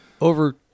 over